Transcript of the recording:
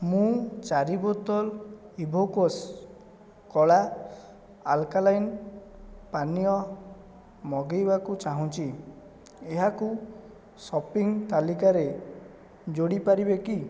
ମୁଁ ଚାରି ବୋତଲ ଇଭୋକସ୍ କଳା ଆଲ୍କାଲାଇନ୍ ପାନୀୟ ମଗେଇବାକୁ ଚାହୁଁଛି ଏହାକୁ ସପିଙ୍ଗ୍ ତାଲିକାରେ ଯୋଡ଼ିପାରିବେ କି